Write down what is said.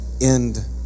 end